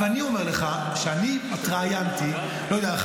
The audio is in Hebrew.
אבל אני אומר לך שאני התראיינתי ב-50,